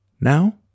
Now